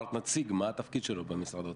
אמרת נציג, מה התפקיד שלו במשרד האוצר?